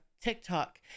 TikTok